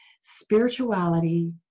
Spirituality